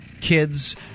kids